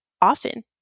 often